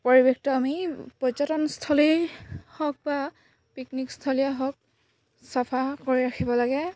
পৰিৱেশটো আমি পৰ্যটনস্থলী হওক বা পিকনিকস্থলীয়ে হওক চাফা কৰি ৰাখিব লাগে